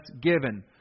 given